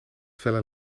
felle